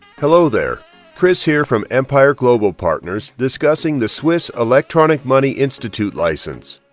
hello there chris here from empire global partners discussing the swiss electronic money institute license.